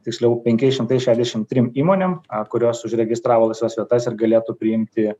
tiksliau penkiais šimtai šešiasdešim trim įmonėm kurios užregistravo laisvas vietas ir galėtų priimti